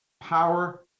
Power